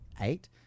eight